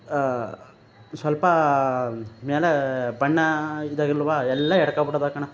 ಸ್ವಲ್ಪ ಮೇಲೇ ಬಣ್ಣಾ ಇದಾಗಿಲ್ವ ಎಲ್ಲ ಎರ್ಕಬಿಟ್ಟದೆ ಕಣ